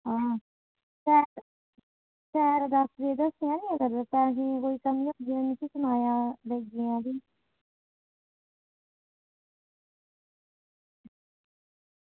हां शैल डॉक्टरै ई दस्सेआं ना अगर पैसें दी कोई कमीं होगी ते मिगी सनाया ते लेई जायां भी